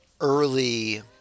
early